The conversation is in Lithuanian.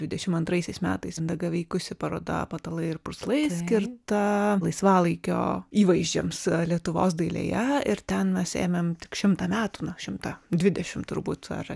dvidešimt antraisiais metais pg veikusi paroda patalai ir purslai kinta laisvalaikio įvaizdžiams lietuvos dailėje ir ten mes ėmėm tik šimtą metų na šimtą dvidešimt turbūt ar